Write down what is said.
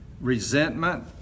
resentment